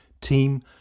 team